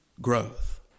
growth